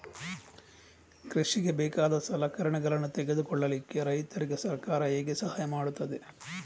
ಕೃಷಿಗೆ ಬೇಕಾದ ಸಲಕರಣೆಗಳನ್ನು ತೆಗೆದುಕೊಳ್ಳಿಕೆ ರೈತರಿಗೆ ಸರ್ಕಾರ ಹೇಗೆ ಸಹಾಯ ಮಾಡ್ತದೆ?